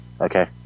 Okay